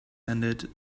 ended